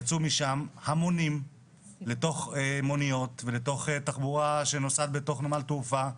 יצאו משם המונים למוניות ולתחבורה שנוסעת בנמל תעופה,